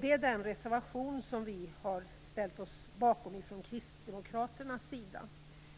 Det gäller den reservation som vi kristdemokrater har ställt oss bakom.